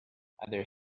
other